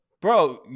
bro